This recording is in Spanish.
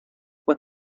pues